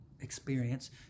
experience